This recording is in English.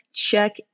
Check